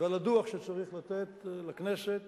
ועל הדוח שצריך לתת לכנסת